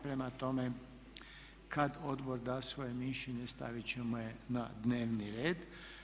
Prema tome kad odbor da svoje mišljenje stavit ćemo je na dnevni red.